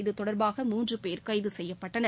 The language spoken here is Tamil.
இதுதொடர்பாக மூன்று பேர் கைது செய்யப்பட்டனர்